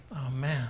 amen